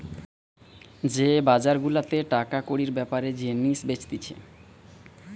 যে বাজার গুলাতে টাকা কড়ির বেপারে জিনিস বেচতিছে